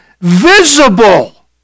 visible